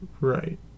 Right